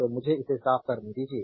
तो मुझे इसे साफ करने दीजिए